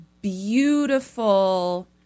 beautiful